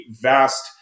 vast